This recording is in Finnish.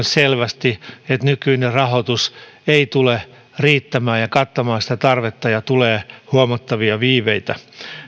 selvästi että nykyinen rahoitus ei tule riittämään ja kattamaan sitä tarvetta ja tulee huomattavia viiveitä